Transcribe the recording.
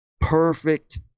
perfect